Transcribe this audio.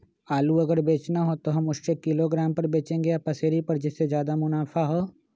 आलू अगर बेचना हो तो हम उससे किलोग्राम पर बचेंगे या पसेरी पर जिससे ज्यादा मुनाफा होगा?